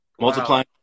multiplying